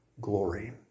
glory